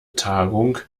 tagung